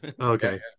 okay